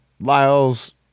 lyle's